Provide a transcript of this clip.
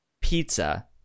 pizza